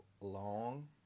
long